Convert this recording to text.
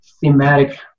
thematic